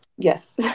Yes